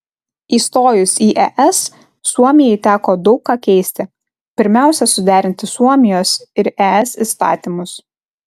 įstojus į es suomijai teko daug ką keisti pirmiausia suderinti suomijos ir es įstatymus